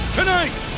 Tonight